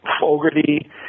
Fogarty